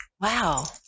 Wow